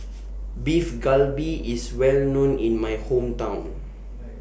Beef Galbi IS Well known in My Hometown